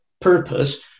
purpose